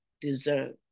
deserve